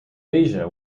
asia